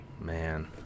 Man